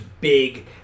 big